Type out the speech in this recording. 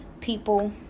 people